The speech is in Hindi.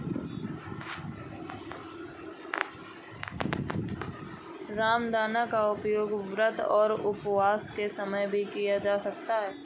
रामदाना का प्रयोग व्रत और उपवास के समय भी किया जाता है